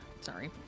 Sorry